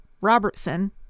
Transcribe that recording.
Robertson